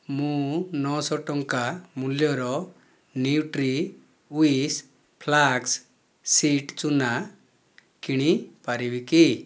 ମୁଁ ନଅଶହ ଟଙ୍କା ମୂଲ୍ୟର ନ୍ୟୁଟ୍ରିୱିସ୍ ଫ୍ଲାକ୍ସ୍ ସିଡ଼୍ ଚୂନା କିଣିପାରିବି କି